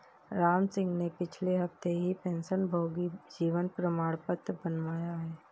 रामसिंह ने पिछले हफ्ते ही पेंशनभोगी जीवन प्रमाण पत्र बनवाया है